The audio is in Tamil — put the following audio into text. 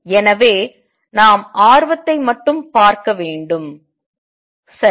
எனவே நாம் ஆர்வத்தை மட்டும் பார்க்க வேண்டும் சரி